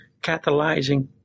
catalyzing